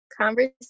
conversation